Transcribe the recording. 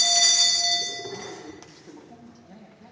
Tak